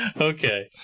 Okay